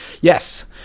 Yes